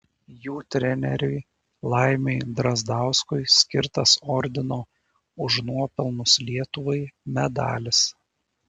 jų treneriui laimiui drazdauskui skirtas ordino už nuopelnus lietuvai medalis